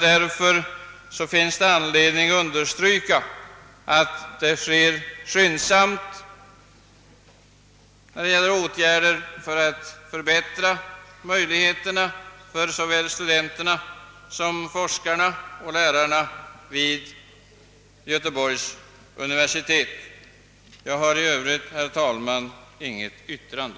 Därför finns det anledning att understryka att åtgär der skyndsamt måste vidtagas för att förbättra möjligheterna för såväl studenter som forskare och lärare vid Göteborgs universitetsbibliotek. Jag har i övrigt, herr talman, inte något yrkande.